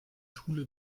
schule